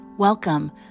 Welcome